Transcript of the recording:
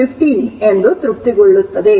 ನಾನು ಅದನ್ನು ಸ್ಪಷ್ಟಗೊಳಿಸುತ್ತೇನೆ